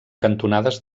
cantonades